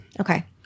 Okay